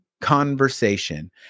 conversation